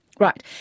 Right